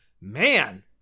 Man